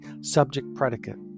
subject-predicate